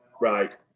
Right